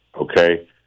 okay